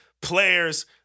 players